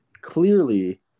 clearly